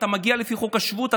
אתה מגיע לפי חוק השבות,